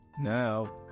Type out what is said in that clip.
Now